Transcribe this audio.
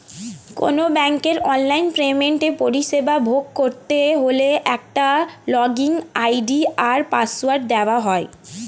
কোনো ব্যাংকের অনলাইন পেমেন্টের পরিষেবা ভোগ করতে হলে একটা লগইন আই.ডি আর পাসওয়ার্ড দেওয়া হয়